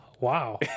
Wow